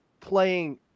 playing